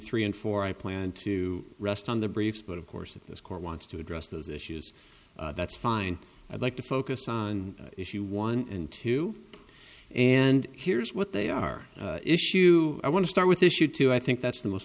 three and four i plan to rest on the briefs but of course if this court wants to address those issues that's fine i'd like to focus on issue one and two and here's what they are issue i want to start with issue two i think that's the most